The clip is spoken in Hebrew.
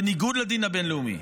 בניגוד לדין הבין-לאומי,